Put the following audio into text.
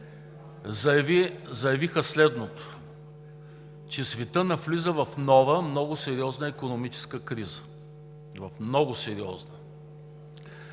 заявиха следното, че светът навлиза в нова, много сериозна икономическа криза, в много сериозна.